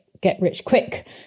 get-rich-quick